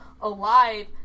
alive